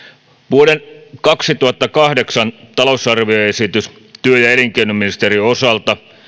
vuoden kaksituhattakahdeksantoista talousarvioesitys työ ja elinkeinoministeriön osalta